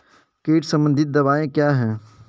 कीट संबंधित दवाएँ क्या हैं?